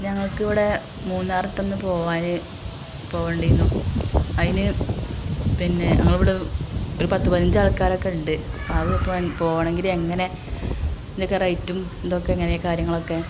ഞങ്ങള്ക്കിവിടെ മൂന്നാറോട്ടൊന്നു പോവാന് പോവണ്ടിന്നു അതിന് പിന്നെ ഞങ്ങളിവിടെ ഒരു പത്ത് പതിനഞ്ചാള്ക്കരൊക്കെയുണ്ട് അതിപ്പോള് പോകണമെങ്കില് എങ്ങനെ നെക്കെ റേറ്റും ഇതൊക്കെ എങ്ങനെ കാര്യങ്ങളൊക്കെ